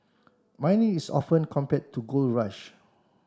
mining is often compared to the gold rush